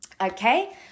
Okay